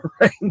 right